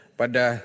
pada